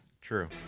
True